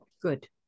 Good